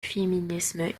féminisme